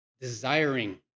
desiring